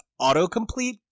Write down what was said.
autocomplete